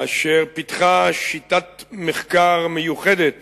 אשר פיתחה שיטת מחקר מיוחדת